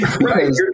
Right